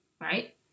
Right